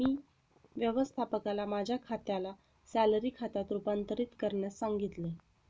मी व्यवस्थापकाला माझ्या खात्याला सॅलरी खात्यात रूपांतरित करण्यास सांगितले